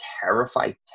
terrified